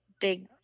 big